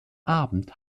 abend